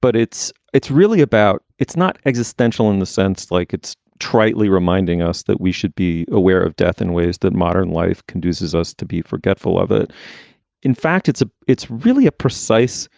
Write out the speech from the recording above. but it's it's really about it's not existential in the sense like it's trite, lee reminding us that we should be aware of death in ways that modern life confuses us to be forgetful of it in fact, it's a it's really a precise